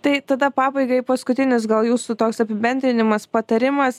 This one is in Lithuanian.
tai tada pabaigai paskutinis gal jūsų toks apibendrinimas patarimas